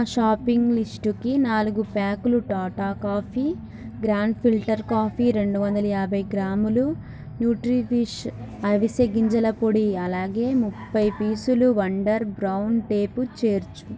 నా షాపింగ్ లిస్టుకి నాలుగు ప్యాకులు Tata coffee grand filter coffee రెండు వందల యాభై గ్రాములు న్యూట్రీవిష్ అవిసె గింజల పొడి అలాగే ముప్పై పీసులు వండర్ బ్రౌన్ టేపు చేర్చు